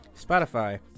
Spotify